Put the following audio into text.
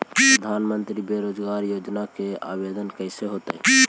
प्रधानमंत्री बेरोजगार योजना के आवेदन कैसे होतै?